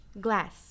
Glass